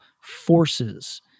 forces